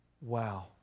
Wow